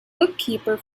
bookkeeper